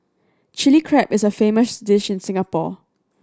Chilli Crab is a famous dish in Singapore